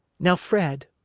now, fred,